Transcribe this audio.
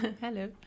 Hello